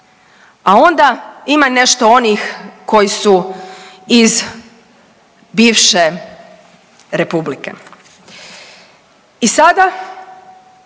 a onda ima nešto onih koji su iz bivše Republike. I sada